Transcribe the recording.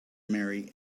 marry